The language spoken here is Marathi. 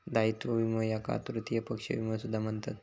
दायित्व विमो याका तृतीय पक्ष विमो सुद्धा म्हणतत